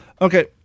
Okay